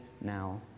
now